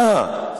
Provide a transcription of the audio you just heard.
אה.